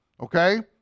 Okay